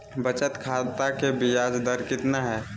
बचत खाता के बियाज दर कितना है?